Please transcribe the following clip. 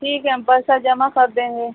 ठीक है हम पैसा जमा कर देंगे